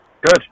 Good